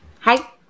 Hi